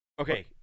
Okay